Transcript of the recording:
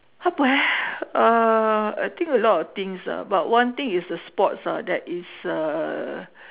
apa eh uhh I think a lot of things ah but one thing is a sports ah that is uh